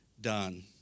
done